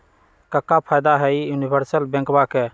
क्का फायदा हई यूनिवर्सल बैंकवा के?